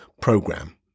program